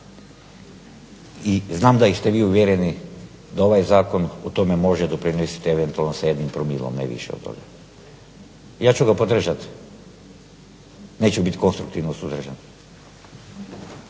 I znam da ste vi uvjereni da ovaj zakon u tome može doprinijeti eventualno sa 1 promilom ne više od toga. Ja ću ga podržati, neću biti konstruktivno suzdržan.